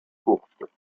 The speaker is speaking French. courtes